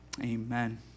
Amen